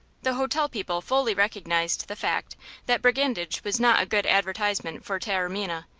the hotel people fully recognized the fact that brigandage was not a good advertisement for taormina,